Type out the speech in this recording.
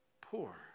poor